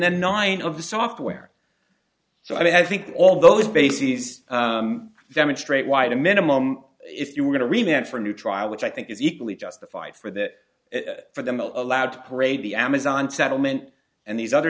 then nine of the software so i think all those bases demonstrate why the minimum if you were going to remain for a new trial which i think is equally justified for that for them allowed to parade the amazon settlement and these other